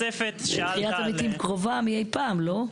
תחיית המתים קרובה מאי פעם, לא?